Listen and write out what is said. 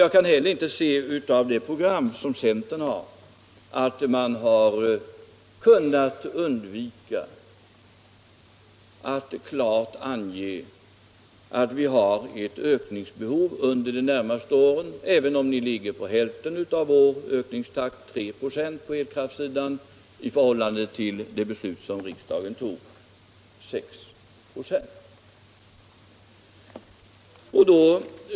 Jag har heller inte kunnat finna i centerns program att man där kunnat undvika att klart ange att det föreligger ett ökningsbehov under de närmaste åren, även om den ökningstakt ni räknar med på elkraftsidan bara är hälften så stor som den som förutsatts i det beslut riksdagen har fattat. Ni anger en ökningstakt på 3 26, medan riksdagsbeslutet förutsatte en ökningstakt på 6 26.